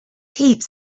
heaps